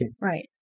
Right